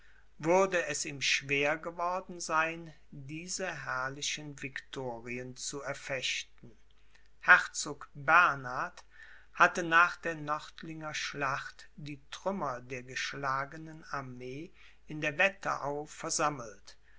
würde es ihm schwer geworden sein diese herrlichen victorien zu erfechten herzog bernhard hatte nach der nördlinger schlacht die trümmer der geschlagenen armee in der wetterau versammelt